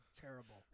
terrible